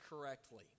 correctly